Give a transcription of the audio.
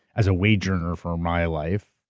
as a wage earner for my life,